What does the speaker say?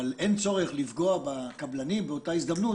אבל אין צורך לפגוע בקבלנים באותה הזדמנות